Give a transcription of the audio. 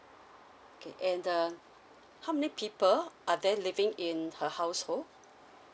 okay and uh how many people are there living in her household